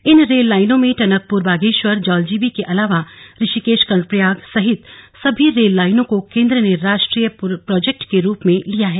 इन रेल लाइनों में टनकपुर बागेश्वर जौलजीबी के अलावा ऋषिकेश कर्णप्रयाग सहित सभी रेल लाईनों को केन्द्र ने राष्ट्रीय प्रोजेक्ट के रूप में ले लिया है